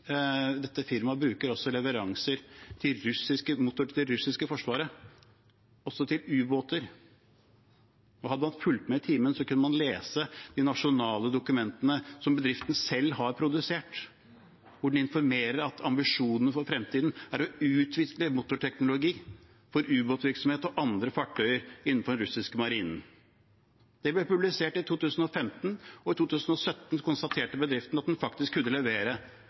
dette firmaet har leveranser til motorer til det russiske forsvaret, også til ubåter. Hadde man fulgt med i timen, kunne man lest de nasjonale dokumentene bedriften selv har produsert, hvor de informerer om at ambisjonene for fremtiden er å utvikle motorteknologi for ubåtvirksomhet og andre fartøyer innenfor den russiske marinen. Det ble publisert i 2015, og i 2017 konstaterte bedriften at den faktisk kunne levere